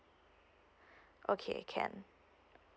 okay can